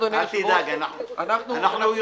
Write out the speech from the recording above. אדוני היושב-ראש, אנחנו --- דב,